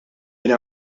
minn